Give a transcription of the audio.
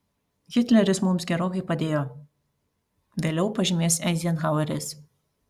hitleris mums gerokai padėjo vėliau pažymės eizenhaueris